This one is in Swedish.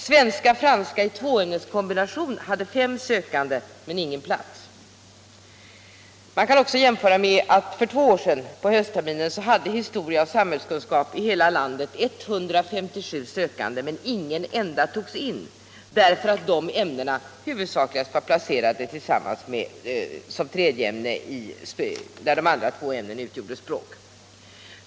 Svenska-franska i tvåämneskombination hade fem sökande, men ingen plats. Man kan också jämföra med att det på höstterminen för två år sedan i kombinationen historia-samhällskunskap i hela landet fanns 157 sökande, men ingen enda togs in, därför att de ämnena huvudsakligast var placerade som det tredje ämnet där de två andra utgjordes av språk.